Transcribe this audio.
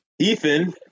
Ethan